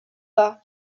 pas